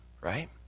Right